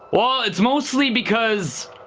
while it's mostly because